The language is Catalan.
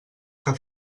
que